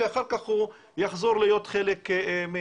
שאחר כך הוא יחזור להיות חלק מהשירות.